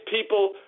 people